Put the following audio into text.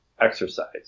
exercise